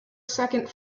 second